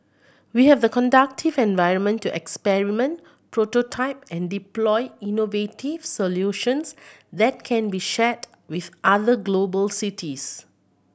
we have the conductive environment to experiment prototype and deploy innovative solutions that can be shared with other global cities